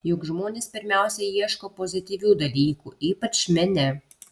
juk žmonės pirmiausia ieško pozityvių dalykų ypač mene